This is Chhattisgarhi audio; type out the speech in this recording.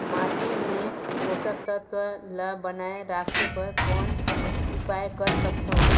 माटी मे पोषक तत्व ल बनाय राखे बर कौन उपाय कर सकथव?